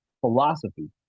philosophy